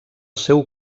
seu